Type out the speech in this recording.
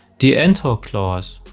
the enter class.